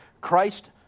Christ